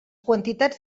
quantitats